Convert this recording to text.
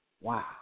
Wow